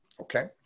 Okay